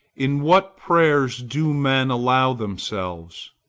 in what prayers do men allow themselves!